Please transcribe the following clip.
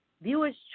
Viewer's